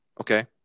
okay